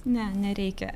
ne nereikia